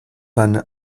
man